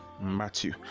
matthew